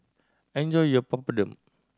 enjoy your Papadum